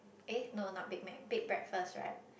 eh no not Big Mac big breakfast right